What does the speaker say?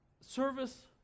Service